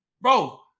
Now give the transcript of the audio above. Bro